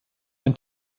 ein